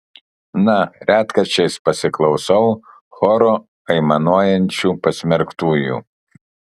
na retkarčiais pasiklausau choru aimanuojančių pasmerktųjų